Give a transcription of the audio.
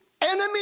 enemy